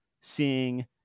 seeing